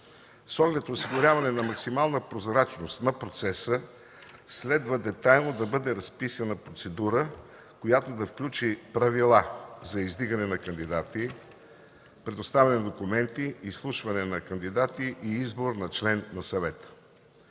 С оглед осигуряване на максимална прозрачност на процеса следва детайлно да бъде разписана процедура, която да включва правила за издигане на кандидатури, представяне на документи, изслушване на кандидати и избор на член на Съвета.